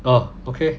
ah okay